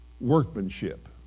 workmanship